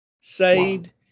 Saved